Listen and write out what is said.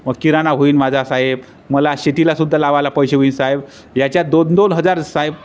मग किराणा होईन माझा साहेब मला शेतीलासुद्धा लावायला पैसे होईन साहेब याच्यात दोन दोन हजार साहेब